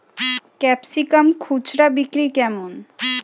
Capsicum খুচরা বিক্রি কেমন?